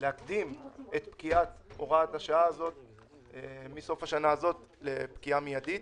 להקדים את פקיעת הוראת השעה הזאת מסוף השנה הזאת לפקיעה מידית.